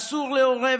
אסור להורה,